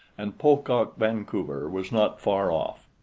and pocock vancouver was not far off.